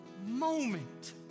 moment